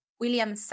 William